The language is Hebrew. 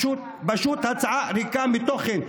פשוט הצעה ריקה מתוכן,